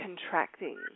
contracting